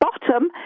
bottom